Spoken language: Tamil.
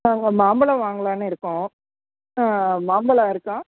நாங்கள் மாம்பழம் வாங்கலாம்னு இருக்கோம் மாம்பழம் இருக்கா